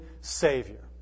Savior